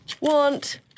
want